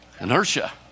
Inertia